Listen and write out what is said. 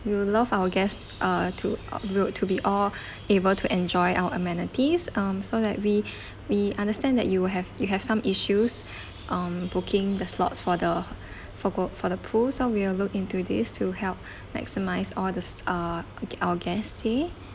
we'll love our guests uh to will to be all able to enjoy our amenities um so that we we understand that you will have you have some issues um booking the slots for the forgo~ for the pool so we'll look into this to help maximise all this uh our guests' stay